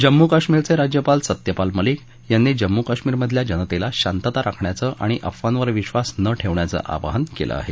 जम्मू कश्मीरचे राज्यपाल सत्यपाल मलिक यांनी जम्मू कश्मीरमधल्या जनतेला शांतता राखण्याचं आणि अफवांवर विधास न ठेवण्याचं आवाहन केलं आहे